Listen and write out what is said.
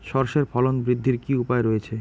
সর্ষের ফলন বৃদ্ধির কি উপায় রয়েছে?